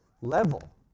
level